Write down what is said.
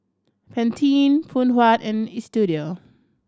Pantene Phoon Huat and Istudio